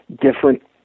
different